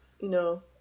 no